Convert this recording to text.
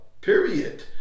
Period